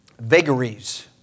vagaries